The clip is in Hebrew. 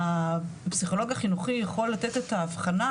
הפסיכולוג החינוכי יכול לתת את האבחנה,